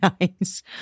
nice